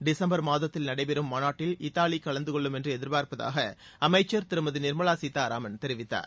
டிசும்பர் மாதத்தில் நடைபெறும் மாநாட்டில் இத்தாலி கலந்து கொள்ளும் என்று எதிர்பார்ப்பதாக அமைச்சர் திருமதி நிர்மலா சீதாராமன் தெரிவித்தார்